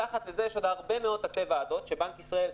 מתחת לזה יש עוד הרבה תתי-ועדות של בנק ישראל,